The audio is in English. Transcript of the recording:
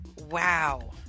Wow